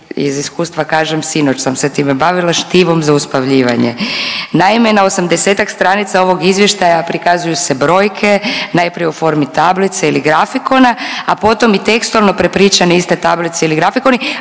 iz iskustva kažem, sinoć sam se time bavila, štivom za uspavljivanje. Naime, na 80-ak stranica ovog Izvještaja prikazuju se brojke, najprije u formi tablice ili grafikona, a potom i tekstualno prepričane iste tablice ili grafikoni,